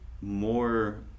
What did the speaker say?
more